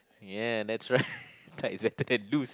yeah that's right tight is better than loose